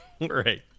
Right